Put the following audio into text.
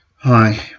Hi